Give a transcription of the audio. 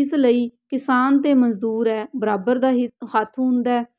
ਇਸ ਲਈ ਕਿਸਾਨ ਅਤੇ ਮਜ਼ਦੂਰ ਹੈ ਬਰਾਬਰ ਦਾ ਹੀ ਹੱਥ ਹੁੰਦਾ ਹੈ